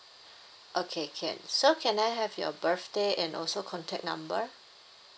okay can so can I have your birthday and also contact number